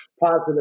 positive